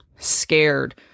scared